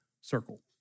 circle